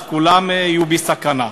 כולם יהיו בסכנה.